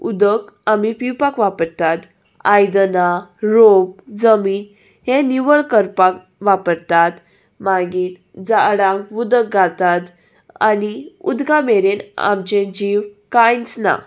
उदक आमी पिवपाक वापरतात आयदनां रोंप जमीन हें निवळ करपाक वापरतात मागीर झाडांक उदक घालतात आनी उदकां मेरेन आमचें जीव कांयच ना